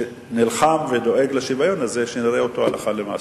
שנלחם ודואג לשוויון הזה, שנראה אותו הלכה למעשה.